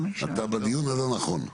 אתה בדיון הלא נכון.